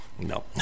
No